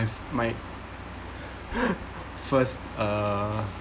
my first uh